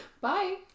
Bye